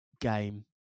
game